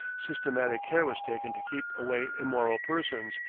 systematic care was taken to keep away immoral persons,